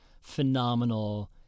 phenomenal